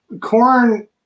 corn